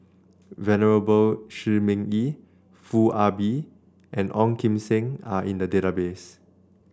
Venerable Shi Ming Yi Foo Ah Bee and Ong Kim Seng are in the database